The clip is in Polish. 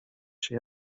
się